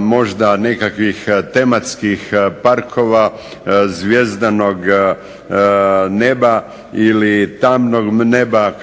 možda nekakvih tematskih parkova zvjezdanog neba ili tamnog neba, kako